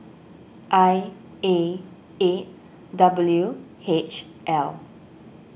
I A eight W H L